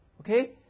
Okay